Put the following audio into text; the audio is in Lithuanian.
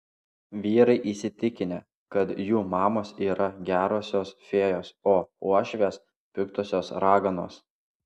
vyrai įsitikinę kad jų mamos yra gerosios fėjos o uošvės piktosios raganos